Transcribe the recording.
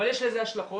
אבל יש לזה השלכות.